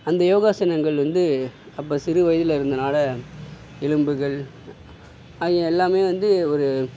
அந்த யோகாசனங்கள் வந்து அப்போ சிறுவயதில் இருந்தனால எலும்புகள் ஆகிய எல்லாமே வந்து ஒரு